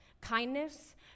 kindness